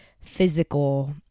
physical